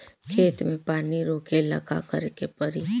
खेत मे पानी रोकेला का करे के परी?